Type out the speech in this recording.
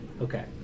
Okay